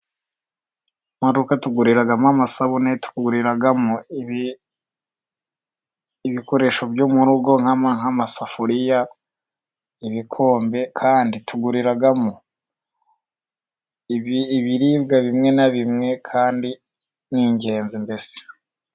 Mu rugo tuguriramo amasabune, tuguriramo ibikoresho byo mu rugo nk'amasafuriya, ibikombe, kandi tuguriramo ibiribwa bimwe na bimwe kandi ni ingenzi mbese.